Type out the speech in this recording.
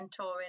mentoring